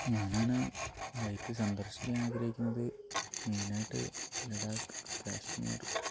ഞാനാണ് ബൈക്കിൽ സന്ദർശിക്കാൻ ആഗ്രഹിക്കുന്നത് മെയിൻ ആയിട്ട് ലഡാക്ക് കാശ്മീർ